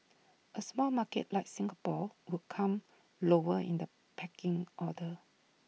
A small market like Singapore would come lower in the pecking order